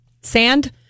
sand